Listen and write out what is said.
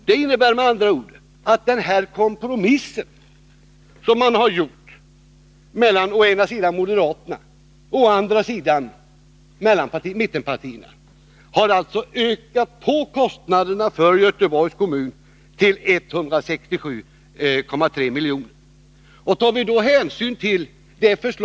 Denna nya kompromiss mellan å ena sidan moderaterna och å andra sidan mittenpartierna ökar på kostnaderna för Göteborgs kommun till 167,3 milj.kr. Det motsvarar en utdebitering på 1:09 kr.